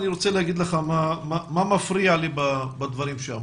אני רוצה להגיד לך מה מפריע לי בדברים שאמרת.